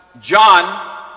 John